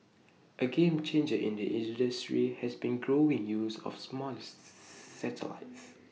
A game changer in the industry has been the growing use of smaller satellites